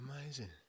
Amazing